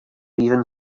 even